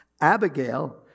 Abigail